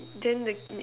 then the